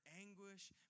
anguish